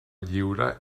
lliure